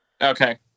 Okay